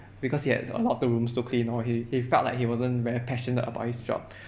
because he had a lot of the rooms to clean or he he felt like he wasn't very passionate about his job